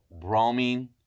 bromine